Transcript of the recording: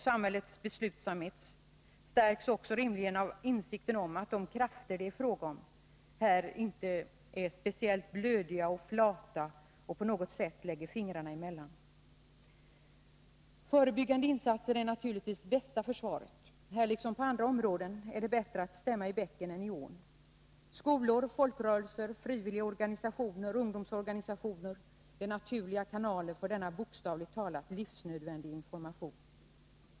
Samhällets beslutsamhet stärks rimligen också av insikten om att de krafter som det här är fråga om inte är speciellt blödiga och flata eller på något sätt lägger fingrarna emellan. Förebyggande insatser är naturligtvis det bästa försvaret. Här, liksom på andra områden, är det bättre att stämma i bäcken än i ån. Skolor, folkrörelser, frivilliga organisationer och ungdomsorganisationer är givetvis kanaler för den i detta sammanhang bokstavligt talat livsnödvändiga informationen.